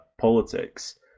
politics